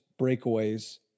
breakaways